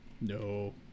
No